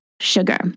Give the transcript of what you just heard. sugar